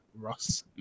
Ross